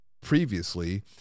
previously